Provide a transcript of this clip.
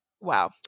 wow